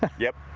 yep.